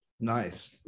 Nice